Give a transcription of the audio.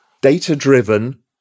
data-driven